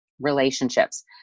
relationships